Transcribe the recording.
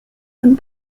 and